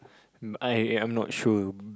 um I I am not sure